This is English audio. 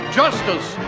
justice